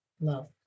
Love